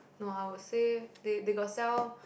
no I would say they they got sell